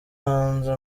hanze